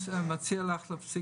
עכשיו מדיניות משרד האוצר, בדרך